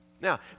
Now